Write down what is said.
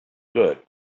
good